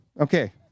Okay